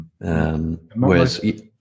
Whereas